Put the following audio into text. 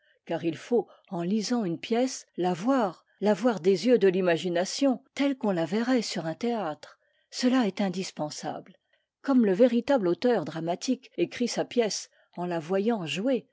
car il faut en lisant une pièce la voir la voir des yeux de l'imagination telle qu'on la verrait sur un théâtre cela est indispensable comme le véritable auteur dramatique écrit sa pièce en la voyant jouer